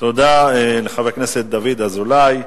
תודה לחבר הכנסת דוד אזולאי.